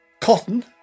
Cotton